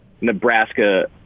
Nebraska